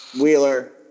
Wheeler